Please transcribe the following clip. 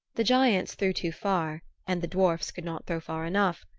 the giants threw too far and the dwarfs could not throw far enough,